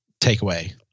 takeaway